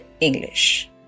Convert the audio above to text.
English